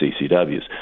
CCWs